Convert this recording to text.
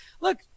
look